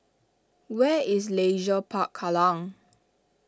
where is Leisure Park Kallang